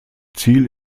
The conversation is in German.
ziel